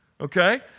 Okay